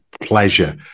pleasure